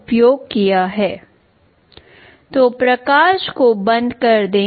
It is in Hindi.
आप देखें कि क्या यह फिर से शुरू किया गया है तो प्रकाश को बंद कर दें